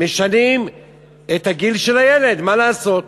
משנות את הגיל של הילד, מה לעשות.